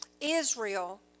Israel